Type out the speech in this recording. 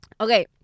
Okay